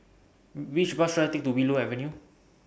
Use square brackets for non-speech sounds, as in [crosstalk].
[hesitation] Which Bus should I Take to Willow Avenue